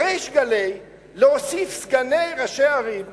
בריש גלי, להוסיף סגני ראשי ערים מיותרים,